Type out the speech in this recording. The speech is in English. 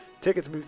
Tickets